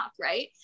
right